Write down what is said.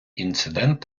інцидент